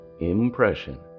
impression